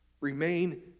Remain